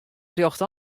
rjochte